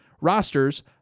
rosters